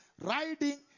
riding